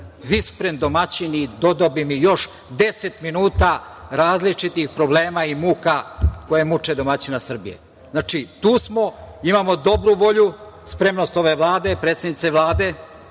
vispren domaćin i dodao bi mi još 10 minuta različitih problema i muka koje muče domaćina Srbije. Znači, tu smo, imamo dobru volju, spremnost ove Vlade, predsednice Vlade,